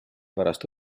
pärast